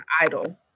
idol